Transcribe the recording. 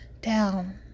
down